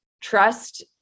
trust